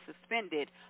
suspended